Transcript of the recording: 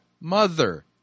mother